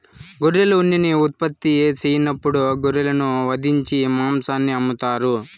గొర్రెలు ఉన్నిని ఉత్పత్తి సెయ్యనప్పుడు గొర్రెలను వధించి మాంసాన్ని అమ్ముతారు